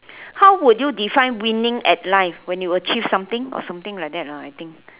how would you define winning at life when you achieve something or something like that lah I think